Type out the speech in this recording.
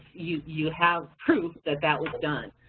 you you have proof that that was done.